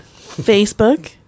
Facebook